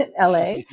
LA